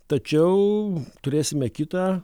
tačiau turėsime kitą